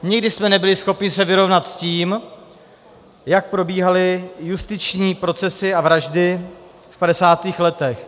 Nikdy jsme nebyli schopni se vyrovnat s tím, jak probíhaly justiční procesy a vraždy v padesátých letech.